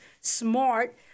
smart